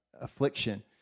affliction